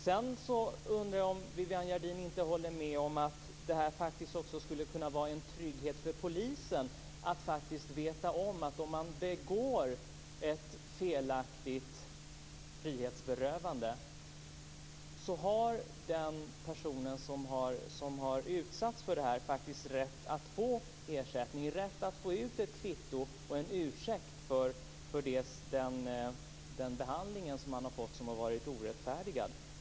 Jag undrar om Viviann Gerdin inte håller med om att det faktiskt också skulle kunna vara en trygghet för polisen att faktiskt veta om att om den gör ett felaktigt frihetsberövande har den person som utsatts för detta faktiskt rätt att få ersättning och rätt att få ett kvitto på och en ursäkt för den behandling som han eller hon har fått och som har varit orättfärdig.